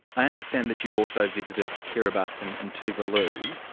i understand that you've also visited kiribati and and tuvalu.